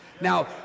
Now